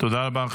תודה רבה.